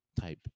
type